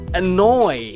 annoy